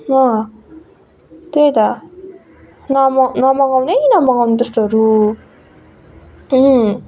त्यही त नम नमगाउनु है नमगाउनु त्यस्तोहरू